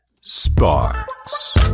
Sparks